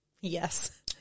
Yes